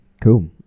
Cool